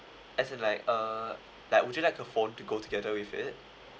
as in like uh like would you like a phone to go together with it